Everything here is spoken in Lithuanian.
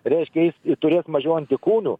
reiškia jis turės mažiau antikūnių